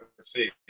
see